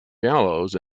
gallows